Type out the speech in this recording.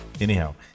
Anyhow